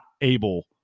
able